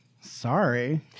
sorry